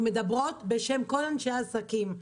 אנחנו מדברות בשם כל אנשי העסקים.